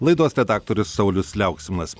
laidos redaktorius saulius liauksminas